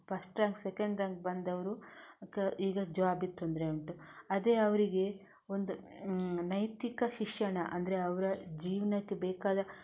first rank second rank ಬಂದವರೂ ಈಗ ಜಾಬಿನ ತೊಂದರೆ ಉಂಟು ಅದೇ ಅವರಿಗೆ ಒಂದು ನೈತಿಕ ಶಿಕ್ಷಣ ಅಂದರೆ ಅವರ ಜೀವನಕ್ಕೆ ಬೇಕಾದ